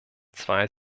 zwei